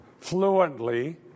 fluently